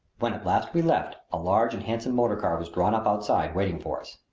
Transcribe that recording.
when at last we left a large and handsome motor car was drawn up outside waiting for us.